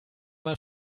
mal